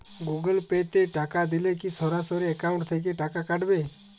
Google pay তে টাকা দিলে কি সরাসরি অ্যাকাউন্ট থেকে টাকা কাটাবে?